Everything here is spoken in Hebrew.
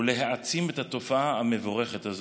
להעצים את התופעה המבורכת הזאת,